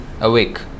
awake